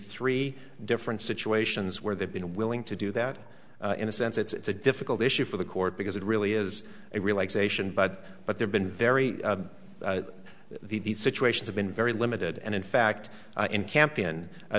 three different situations where they've been willing to do that in a sense it's a difficult issue for the court because it really is a relaxation but but they've been very these situations have been very limited and in fact in camp in